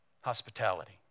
Hospitality